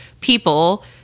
people